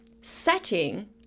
setting